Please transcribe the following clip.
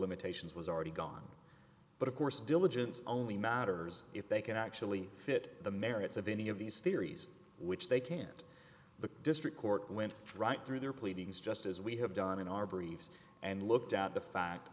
limitations was already gone but of course diligence only matters if they can actually fit the merits of any of these theories which they can't the district court went right through their pleadings just as we have done in our briefs and looked at the fact